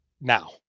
Now